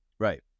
Right